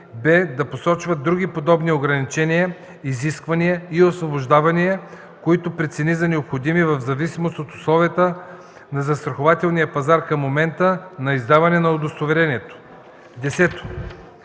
б) да включи други подобни ограничения, изисквания и освобождавания, които прецени за необходими в зависимост от условията на застрахователния пазар към момента на издаване на удостоверението. 10.